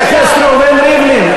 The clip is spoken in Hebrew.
חבר הכנסת ראובן ריבלין,